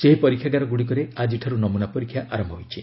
ସେହି ପରୀକ୍ଷାଗାରଗୁଡ଼ିକରେ ଆଜିଠାରୁ ନମୁନା ପରୀକ୍ଷା ଆରମ୍ଭ ହୋଇଛି